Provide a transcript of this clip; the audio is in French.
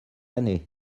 année